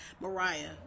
Mariah